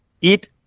eat